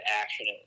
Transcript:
action